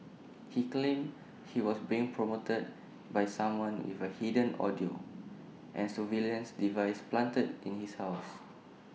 he claimed he was being prompted by someone with A hidden audio and surveillance device planted in his house